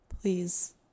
please